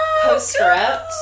postscript